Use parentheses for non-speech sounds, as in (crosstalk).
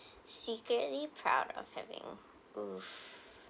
(breath) secretly proud of having !oof!